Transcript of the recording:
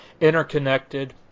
interconnected